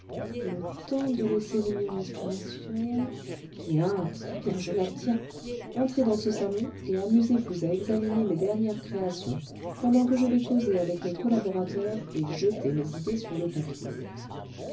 le temps de laisser venir l'inspiration bien très bien je la tiens entrez dans ce salon et amusez-vous à examiner mes dernières créations pendant que je vais causer avec mes collaborateurs et jeter mes idées sur le papier